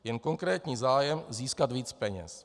Jen konkrétní zájem získat víc peněz.